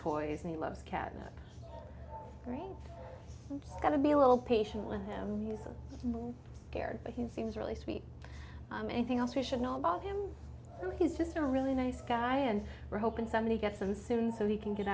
toys and he loves catnip right now to be a little patient with him he's a scared but he seems really sweet anything else we should know about him he's just a really nice guy and we're hoping somebody gets them soon so he can get